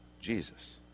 Jesus